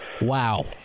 Wow